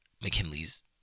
McKinley's